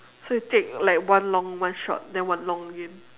so you take like one long one short then one long again